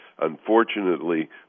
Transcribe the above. Unfortunately